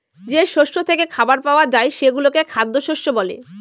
যে শস্য থেকে খাবার পাওয়া যায় সেগুলোকে খ্যাদ্যশস্য বলে